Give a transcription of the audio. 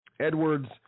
Edwards